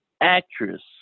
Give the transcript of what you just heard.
actress